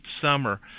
summer